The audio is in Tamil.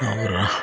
நவுட்ரா